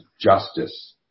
justice